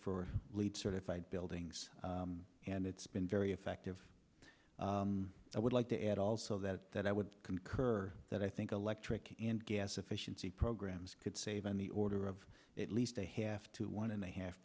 for leed certified buildings and it's been very effective i would like to add also that that i would concur that i think electric and gas efficiency programs could save in the order of at least a half to one and a half